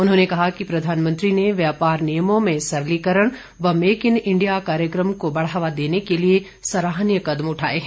उन्होंने कहा कि प्रधानमंत्री ने व्यापार नियमों में सरलीकरण व मेक इन इण्डिया कार्यक्रम को बढ़ावा देने के लिए सराहनीय कदम उठाए हैं